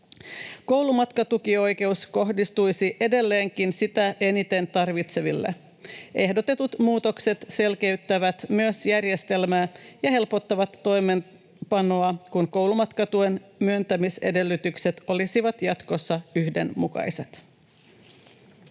Koulumatkatukioikeus kohdistuisi edelleenkin sitä eniten tarvitseville. Ehdotetut muutokset myös selkeyttävät järjestelmää ja helpottavat toimeenpanoa, kun koulumatkatuen myöntämisedellytykset olisivat jatkossa yhdenmukaiset.